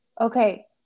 Okay